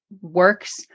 works